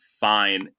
fine